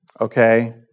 okay